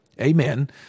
Amen